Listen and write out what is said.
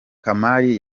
kamali